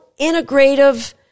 integrative